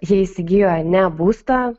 jie įsigijo ne būstą